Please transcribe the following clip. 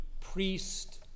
priest